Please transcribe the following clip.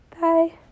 Bye